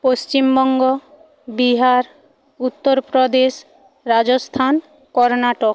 Paschimbanga Bihar Uttar Pradesh Rajasthan Karnataka